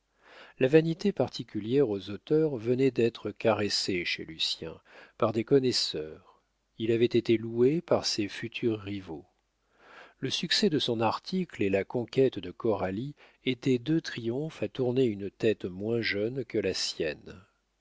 la vanité particulière aux auteurs venait d'être caressée chez lucien par des connaisseurs il avait été loué par ses futurs rivaux le succès de son article et la conquête de coralie étaient deux triomphes à tourner une tête moins jeune que la sienne